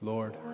Lord